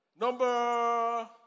Number